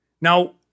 Now